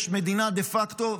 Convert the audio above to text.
יש מדינה דה-פקטו,